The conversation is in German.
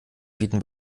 bieten